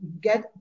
get